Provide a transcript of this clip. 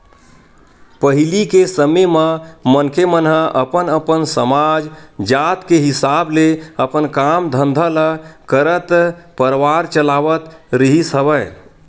पहिली के समे म मनखे मन ह अपन अपन समाज, जात के हिसाब ले अपन काम धंधा ल करत परवार चलावत रिहिस हवय